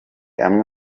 amwe